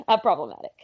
problematic